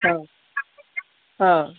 ହଁ ହଁ